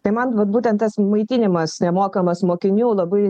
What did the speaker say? tai man vat būtent tas maitinimas nemokamas mokinių labai